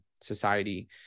society